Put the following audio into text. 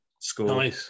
school